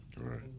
Right